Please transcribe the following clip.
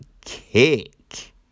kick